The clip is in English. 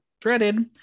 dreaded